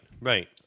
right